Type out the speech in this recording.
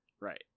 Right